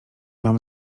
mam